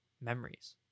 memories